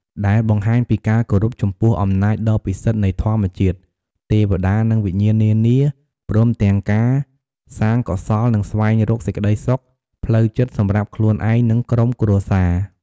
ដែលបង្ហាញពីការគោរពចំពោះអំណាចដ៏ពិសិដ្ឋនៃធម្មជាតិ ទេវតា និងវិញ្ញាណនានា ព្រមទាំងជាការសាងកុសល និងស្វែងរកសេចក្តីសុខផ្លូវចិត្តសម្រាប់ខ្លួនឯង និងក្រុមគ្រួសារ។